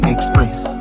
Express